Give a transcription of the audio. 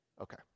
Okay